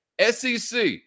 SEC